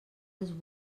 els